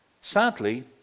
Sadly